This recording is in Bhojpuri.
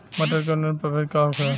मटर के उन्नत प्रभेद का होखे?